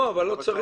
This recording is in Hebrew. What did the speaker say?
לא, לא צריך.